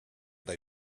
they